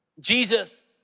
Jesus